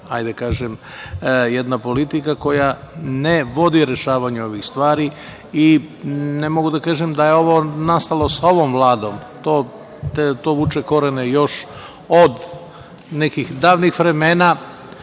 da kažem, jedna politika koja ne vodi rešavanju ovih stvari i ne mogu da kažem da je ovo nastalo sa ovom Vladom, to vuče korene još od nekih davnih vremena. Ali,